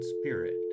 spirit